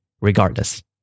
regardless